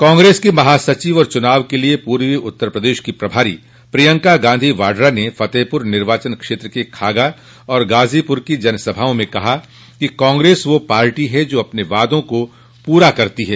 कांग्रेस की महासचिव और चुनाव के लिए पूर्वी उत्तर प्रदेश की प्रभारी प्रियंका गांधी वाड्रा ने फतेहपुर निर्वाचन क्षेत्र के खागा और गाजीपुर की जनसभाओं में कहा कि कांग्रेस वह पार्टी है जो अपने वायदा को पूरा करती है